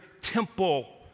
temple